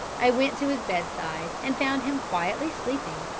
i went to his bedside and found him quietly sleeping,